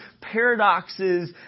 paradoxes